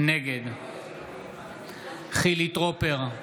נגד חילי טרופר,